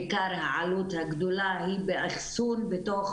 עיקר העלות הגדולה היא באחסון בתוך